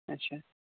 اچھا